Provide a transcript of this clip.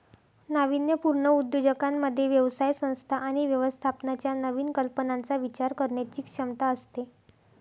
नाविन्यपूर्ण उद्योजकांमध्ये व्यवसाय संस्था आणि व्यवस्थापनाच्या नवीन कल्पनांचा विचार करण्याची क्षमता असते